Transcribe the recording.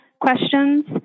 questions